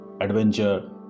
adventure